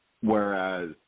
Whereas